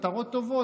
מטרות טובות,